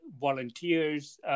volunteers